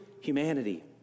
humanity